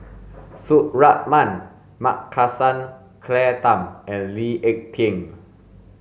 Suratman Markasan Claire Tham and Lee Ek Tieng